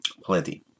Plenty